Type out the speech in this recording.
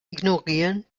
ignorieren